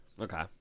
Okay